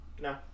No